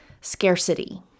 scarcity